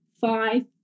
five